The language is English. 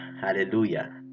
Hallelujah